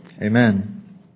Amen